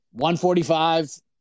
145